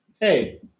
hey